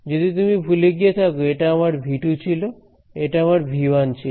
যদি তুমি ভুলে গিয়ে থাকো এটা আমার V 2 ছিল এটা আমার V 1 ছিল